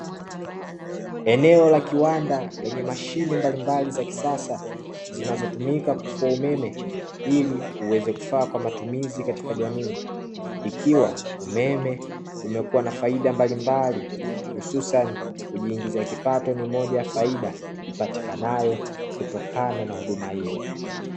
Eneo la kiwanda lenye mashine mbalimbali za kisasa, zinazotumika kufua umeme ili uweze kufaa kwa matumizi katika jamii; ikiwa umeme umekuwa na faida mbalimbali, hususani kujiingizia kipato ni moja ya faida ipatikanayo kutokana na huduma hiyo.